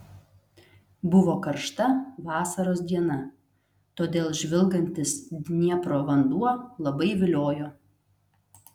buvo karšta vasaros diena todėl žvilgantis dniepro vanduo labai viliojo